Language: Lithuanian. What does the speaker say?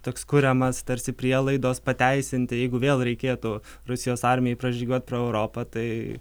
toks kuriamas tarsi prielaidos pateisinti jeigu vėl reikėtų rusijos armijai pražygiuot pro europą tai